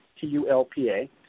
T-U-L-P-A